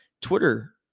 Twitter